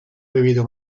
vivido